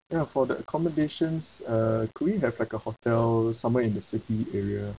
ya for the accommodations uh could we have like a hotel somewhere in the city area